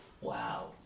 Wow